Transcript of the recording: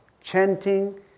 chanting